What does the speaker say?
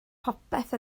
popeth